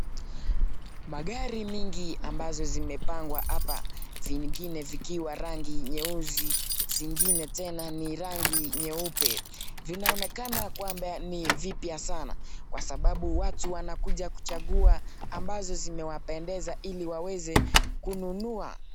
Magari mingi ambazo zimepangwa hapa, vingine vikiwa rangi nyeusi, zingine tena ni rangi nyeupe. Vinaonekana kwamba ni vipya sana kwa sababu watu wanakuja kuchagua ambazo zimewapendeza ili waweze kununua.